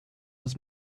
his